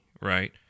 right